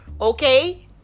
Okay